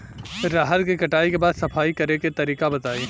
रहर के कटाई के बाद सफाई करेके तरीका बताइ?